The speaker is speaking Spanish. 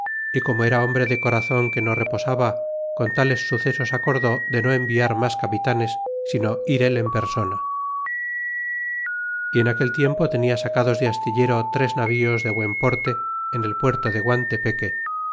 y como era hombre de corazon que no reposaba con tales sucesos acordó de no enviar mas capitanes sino ir él en persona y en aquel tiempo tenia sacados de astillero tres navíos de buen porte en el puerto de guantepeque